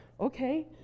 okay